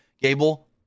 Gable